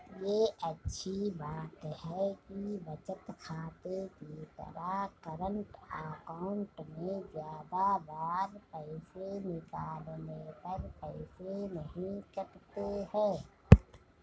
ये अच्छी बात है कि बचत खाते की तरह करंट अकाउंट में ज्यादा बार पैसे निकालने पर पैसे नही कटते है